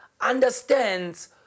understands